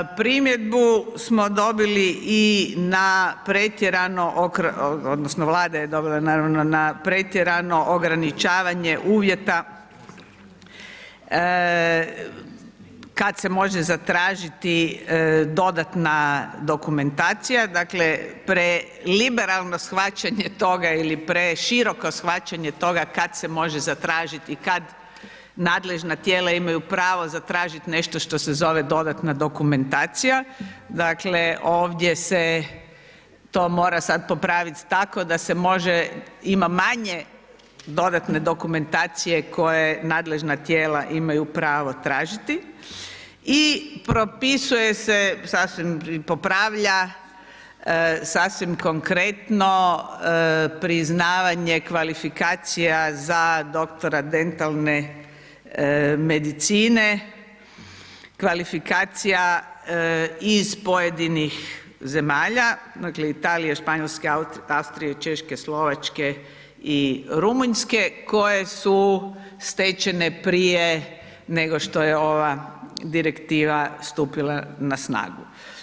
Primjedbu smo dobili i na pretjerano, odnosno Vlada je dobila naravno, na pretjerano ograničavanje uvjeta kad se može zatražiti dodatna dokumentacija, dakle preliberalno shvaćanje toga ili preširoko shvaćanje toga kad se može zatražiti, kad nadležna tijela imaju pravo zatražit nešto što se zove dodatna dokumentacija, dakle, ovdje se to mora sad popraviti tako da se može, ima manje dodatne dokumentacije koje nadležna tijela imaju pravo tražiti, i propisuje se sasvim i popravlja sasvim konkretno priznavanje kvalifikacija za doktora dentalne medicine, kvalifikacija iz pojedinih zemalja, dakle Italije, Španjolske, Austrije, Češke, Slovačke i Rumunjske, koje su stečene prije nego što je ova Direktiva stupila na snagu.